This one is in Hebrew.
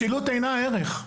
משילות היא איננה ערך.